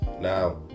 now